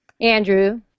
Andrew